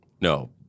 No